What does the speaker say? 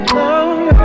love